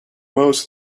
most